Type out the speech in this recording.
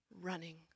running